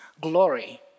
glory